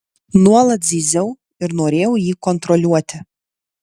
nuolat zyziau ir norėjau jį kontroliuoti